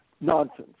nonsense